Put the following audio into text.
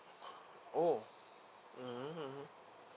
oh mmhmm mmhmm